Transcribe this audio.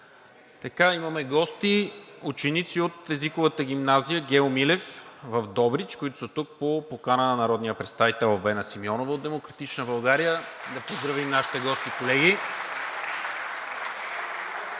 само, имаме гости – ученици от Езиковата гимназия „Гео Милев“ в Добрич, които са тук по покана на народния представител Албена Симеонова от „Демократична България“. Да поздравим нашите гости, колеги.